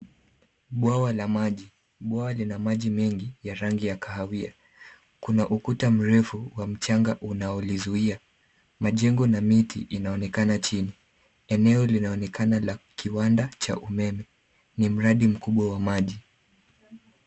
Bwawa la maji. Bwawa lina maji mengi ya rangi ya kahawia. Kuna ukuta mrefu wa mchanga unaolizuia. Majengo na miti inaonekana chini. Eneo linaonekana la kiwanda cha umeme. Ni mradi mkubwa wa maji.